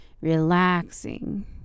Relaxing